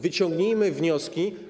Wyciągnijmy wnioski.